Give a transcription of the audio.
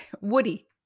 woody